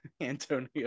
Antonio